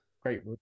Great